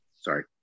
sorry